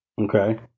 Okay